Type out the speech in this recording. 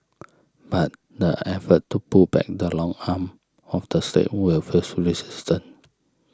but the efforts to pull back the long arm of the State will face resistance